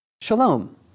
Shalom